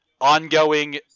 ongoing